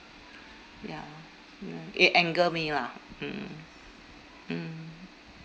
ya ya it anger me lah mm mm